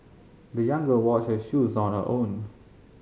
the young girl washed her shoes on her own